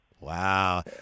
Wow